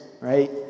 right